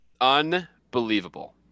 Unbelievable